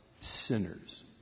sinners